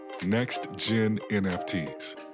NextGenNFTs